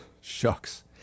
Shucks